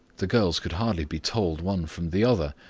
the girls could hardly be told one from the other,